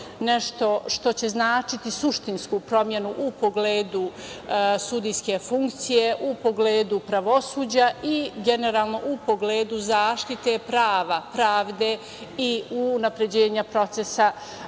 nešto što će značiti suštinsku promenu u pogledu sudijske funkcije, u pogledu pravosuđa i generalno u pogledu zaštite prava, pravde i unapređenja procesa